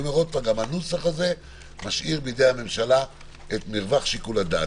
הנוסח הזה משאיר בידי הממשלה את מרווח שיקול הדעת.